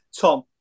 Tom